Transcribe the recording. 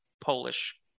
Polish